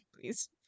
please